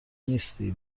نیستی